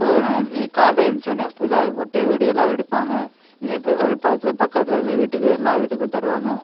போ ந காலைல எழுந்திரிச்சோன்னே புது ஆடைய போட்டு வெடியெல்லாம் வெடிப்பாங்க இனிப்புகள் பார்த்து பக்கத்தில் இருக்கிற வீட்டுக்கு எல்லா வீட்டுக்கும் தருவாங்க